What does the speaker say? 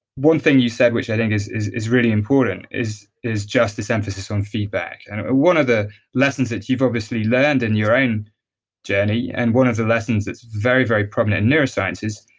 one thing you said, which i think is is really important, is is just this emphasis on feedback. and one of the lessons that you've obviously learned in your own journey and one of the lessons that's very, very prominent in neurosciences,